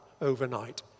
overnight